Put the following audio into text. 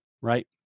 right